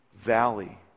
valley